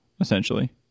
essentially